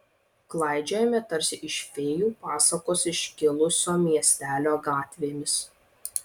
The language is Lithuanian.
klaidžiojame tarsi iš fėjų pasakos iškilusio miestelio gatvėmis